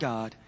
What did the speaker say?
God